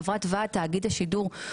חברת ועד תאגיד השידור,